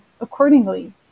accordingly